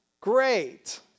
great